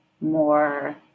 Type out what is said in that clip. more